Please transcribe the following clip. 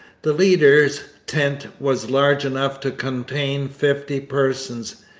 the leader's tent was large enough to contain fifty persons.